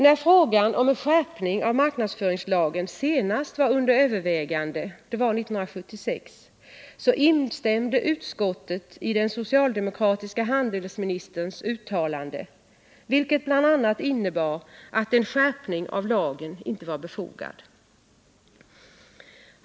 När frågan om en skärpning av marknadsföringslagen senast var under övervägande — det var 1976 —- instämde utskottet i den socialdemokratiske handelsministerns uttalande, vilket innebar att en skärpning av lagen inte var befogad.